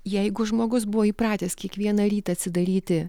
jeigu žmogus buvo įpratęs kiekvieną rytą atsidaryti